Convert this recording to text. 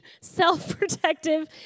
self-protective